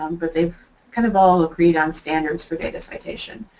um but they've kind of all agreed on standards for data citation,